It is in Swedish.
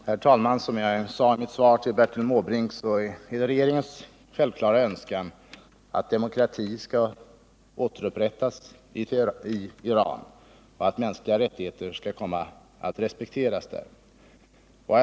Herr talman! Som jag sade i mitt svar på Bertil Måbrinks fråga är det självfallet regeringens önskan att demokratin skall återupprättas i Iran och att mänskliga rättigheter skall komma att respekteras där.